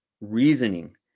reasoning